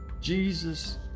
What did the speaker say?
Jesus